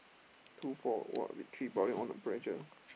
two four what three probably want to pressure